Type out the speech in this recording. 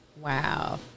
wow